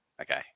Okay